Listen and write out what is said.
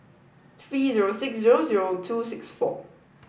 three zero six zero zero two six four